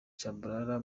tchabalala